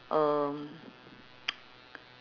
um